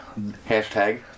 Hashtag